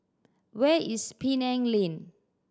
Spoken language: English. where is Penang Lane